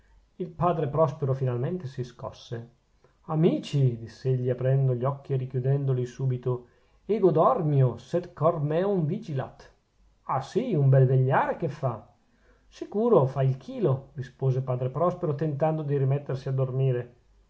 il padre prospero finalmente si scosse amici disse egli aprendo gli occhi e richiudendoli subito ego dormio sed cor meum vigilat ah sì un bel vegliare che fa sicuro fa il chilo rispose padre prospero tentando di rimettersi a dormire